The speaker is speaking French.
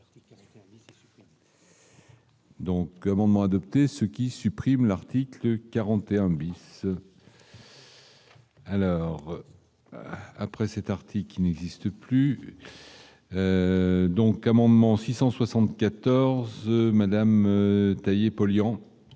Donc commandement adopté ce qui supprime l'article 41 bis. Alors après, c'est parti, qui n'existe plus. Donc, amendement 674 Madame polluant.